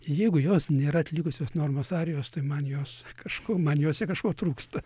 jeigu jos nėra atlikusios normos arijos tai man jos kažko man jose kažko trūksta